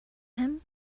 him